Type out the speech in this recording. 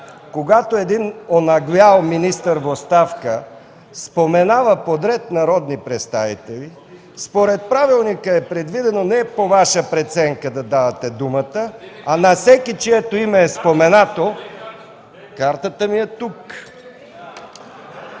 Когато един онаглял министър в оставка споменава подред народни представители, според правилника е предвидено, не е по Ваша преценка, да давате думата на всеки, чието име е споменато. РЕПЛИКА ОТ ГЕРБ: